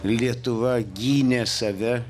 lietuva gynė save